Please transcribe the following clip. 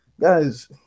guys